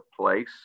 place